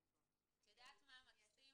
את יודעת מה מקסים?